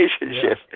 relationship